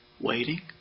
waiting